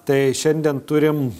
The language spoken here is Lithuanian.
tai šiandien turim